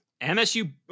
MSU